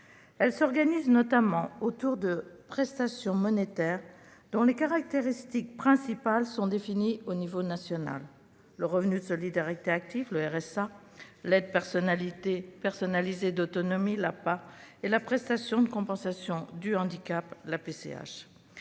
s'organisent notamment autour de prestations monétaires dont les caractéristiques principales sont définies à l'échelle nationale : le revenu de solidarité active (RSA), l'allocation personnalisée d'autonomie (APA) et la prestation de compensation du handicap (PCH).